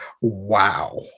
Wow